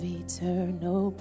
eternal